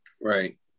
right